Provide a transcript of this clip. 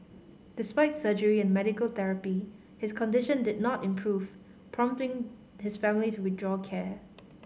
despite surgery and medical therapy his condition did not improve prompting his family to withdraw care